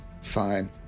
Fine